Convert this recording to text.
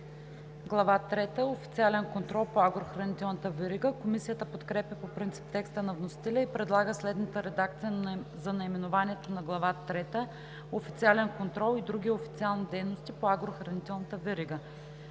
трета – Официален контрол по агрохранителната верига“. Комисията подкрепя по принцип текста на вносителя и предлага следната редакция за наименованието на Глава трета: „Официален контрол и други официални дейности по агрохранителната верига“.